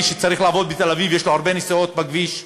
שצריך לעבוד בתל-אביב יש הרבה נסיעות בכביש?